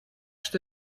что